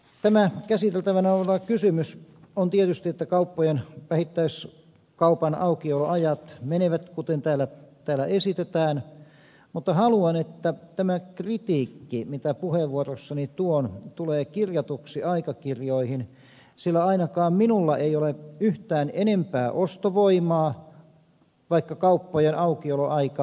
tämä käsiteltävänä oleva kysymys on tietysti se että kauppojen vähittäiskaupan aukioloajat menevät kuten täällä esitetään mutta haluan että tämä kritiikki mitä puheenvuorossani tuon tulee kirjatuksi aikakirjoihin sillä ainakaan minulla ei ole yhtään enempää ostovoimaa vaikka kauppojen aukioloaika laajenee